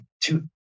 two